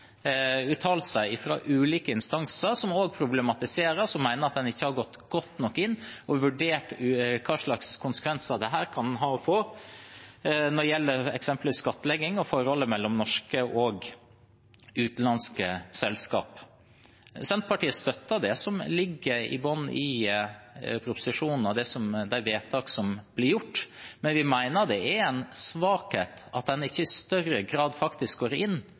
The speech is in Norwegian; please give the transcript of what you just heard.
få i ulike sammenhenger. Man har fått noen høringsuttalelser fra ulike instanser, som problematiserer og mener at man ikke har gått godt nok inn og vurdert hva slags konsekvenser dette kan få f.eks. når det gjelder skattlegging og forhold mellom norske og utenlandske selskap. Senterpartiet støtter det som ligger til grunn i proposisjonen for de vedtak som blir gjort. Vi mener det er en svakhet at man ikke i større grad faktisk går inn